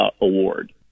award